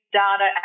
data